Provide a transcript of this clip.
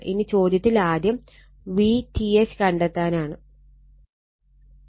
ഇനി ചോദ്യത്തിൽ ആദ്യം VTH കണ്ടെത്താനാണ്